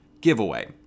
giveaway